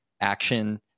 action